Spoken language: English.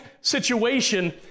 situation